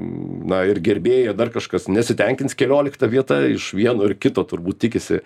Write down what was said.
na ir gerbėja dar kažkas nesitenkins keliolikta vieta iš vieno ar kito turbūt tikisi